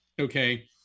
Okay